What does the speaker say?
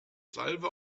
salve